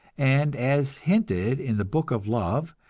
and, as hinted in the book of love,